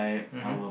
mmhmm